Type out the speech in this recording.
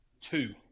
Two